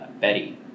Betty